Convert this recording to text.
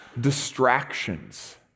distractions